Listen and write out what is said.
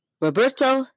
Roberto